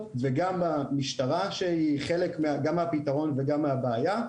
וגם במשטרה שהיא חלק גם מהפתרון וגם מהבעיה.